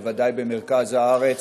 בוודאי במרכז הארץ,